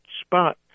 spot